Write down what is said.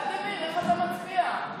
ולדימיר, איך אתה מצביע?